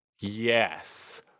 Yes